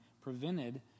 prevented